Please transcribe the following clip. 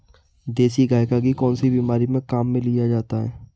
देसी गाय का घी कौनसी बीमारी में काम में लिया जाता है?